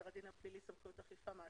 הדין הפלילי (סמכויות אכיפה מעצרים),